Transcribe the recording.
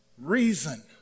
reason